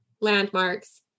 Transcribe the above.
landmarks